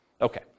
Okay